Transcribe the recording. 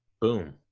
boom